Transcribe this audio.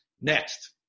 Next